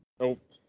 Nope